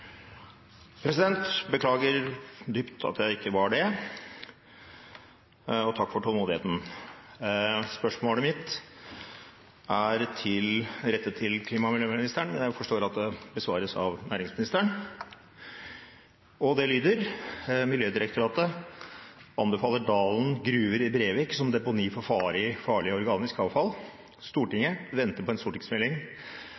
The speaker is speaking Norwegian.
President, beklager dypt at jeg ikke var det, og takk for tålmodigheten! Spørsmålet mitt er rettet til klima- og miljøministeren, men jeg forstår at det besvares av næringsministeren. Det lyder: «Miljødirektoratet anbefaler Dalen gruver i Brevik som deponi for farlig organisk avfall.